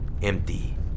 empty